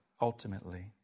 ultimately